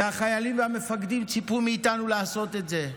והחיילים והמפקדים ציפו מאיתנו לעשות את זה.